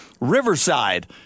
Riverside